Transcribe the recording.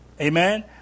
Amen